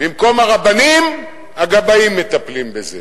במקום הרבנים, הגבאים מטפלים בזה.